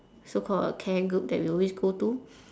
so called a care group that we always go to